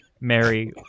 Mary